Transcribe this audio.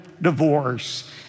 divorce